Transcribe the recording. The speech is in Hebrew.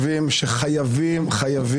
שקר.